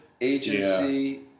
agency